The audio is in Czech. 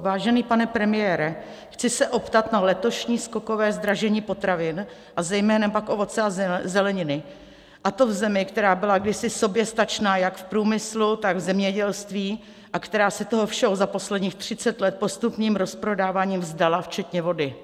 Vážený pane premiére, chci se optat na letošní skokové zdražení potravin a zejména pak ovoce a zeleniny, a to v zemi, která byla kdysi soběstačná jak v průmyslu, tak v zemědělství a která se toho všeho za posledních 30 let postupným rozprodáváním vzdala včetně vody.